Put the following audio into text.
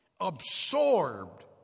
absorbed